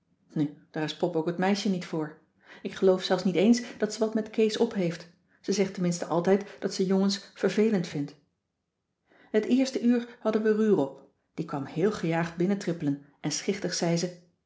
nu daar is pop ook het meisje niet voor ik geloof zelfs niet eens dat ze wat met kees op heeft ze zegt tenminste altijd dat ze jongens vervelend vindt het eerste uur hadden we rurop die kwam heel gejaagd binnentrippelen en schichtig zei ze